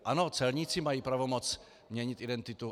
Ano, celníci mají pravomoc měnit identitu.